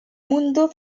mundo